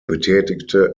betätigte